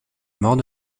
mort